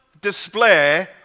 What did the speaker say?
display